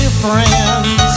friends